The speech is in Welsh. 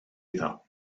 iddo